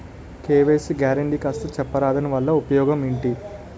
KYC guarantee కాస్త చెప్తారాదాని వల్ల ఉపయోగం ఎంటి?